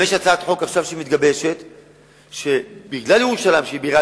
יש הצעת חוק שמתגבשת עכשיו, שמכיוון שירושלים